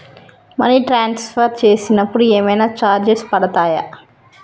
Money transfer చేసినప్పుడు ఏమైనా charges పడతయా?